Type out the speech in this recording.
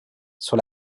sur